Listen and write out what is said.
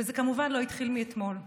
וזה כמובן לא התחיל מאתמול.